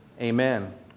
Amen